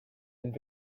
and